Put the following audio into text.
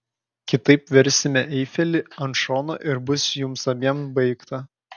kitaip versime eifelį ant šono ir bus jums abiem baigta